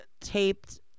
taped